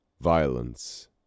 violence